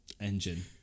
engine